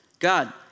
God